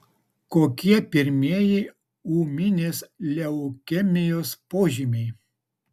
kokie pirmieji ūminės leukemijos požymiai